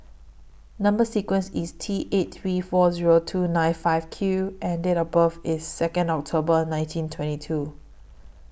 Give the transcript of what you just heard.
Number sequence IS T eight three four Zero two nine five Q and Date of birth IS Second October nineteen twenty two